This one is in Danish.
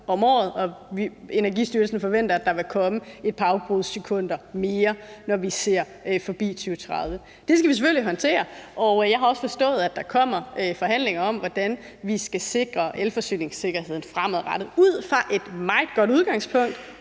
om året. Energistyrelsen forventer, at der vil komme et par afbrudssekunder mere, når vi ser forbi 2030. Det skal vi selvfølgelig håndtere, og jeg har også forstået, at der kommer forhandlinger om, hvordan vi skal sikre elforsyningssikkerheden fremadrettet ud fra et meget godt udgangspunkt